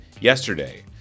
yesterday